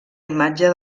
imatge